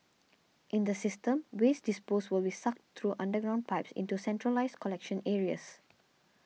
in the system waste disposed will be sucked through underground pipes into centralised collection areas